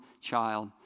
child